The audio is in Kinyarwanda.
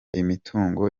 imitungo